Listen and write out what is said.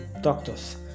doctors